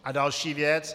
A další věc.